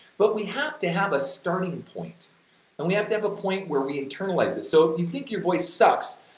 but we have to have a starting point and we have to have a point where we internalize this so if you think your voice sucks,